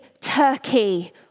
turkey